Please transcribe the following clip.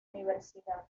universidad